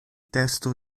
testo